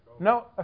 No